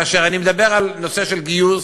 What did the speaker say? כאשר אני מדבר על נושא של גיוס,